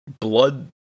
blood